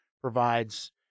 provides